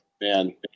Man